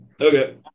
Okay